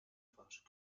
falsch